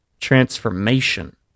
transformation